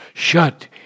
shut